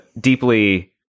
deeply